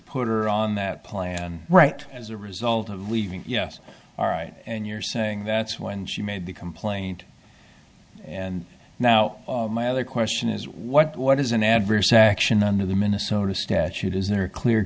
put her on that plan right as a result of leaving yes all right and you're saying that's when she made the complaint and now my other question is what is an adverse action under the minnesota statute is there a clear